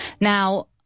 Now